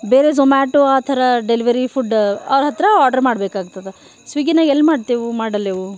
ಬೇರೆ ಝೊಮ್ಯಾಟೋ ಆ ಥರ ಡೆಲ್ವರಿ ಫುಡ್ ಅವ್ರ ಹತ್ರ ಆರ್ಡ್ರ್ ಮಾಡ್ಬೇಕಾಗ್ತದ ಸ್ವಿಗ್ಗಿನಾಗ ಎಲ್ಲ ಮಾಡ್ತೆವು ಮಾಡಲ್ಲೆವು